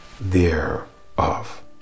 thereof